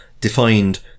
defined